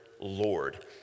Lord